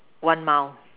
one mile